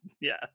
yes